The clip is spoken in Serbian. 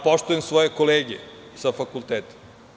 Poštujem svoje kolege sa fakulteta.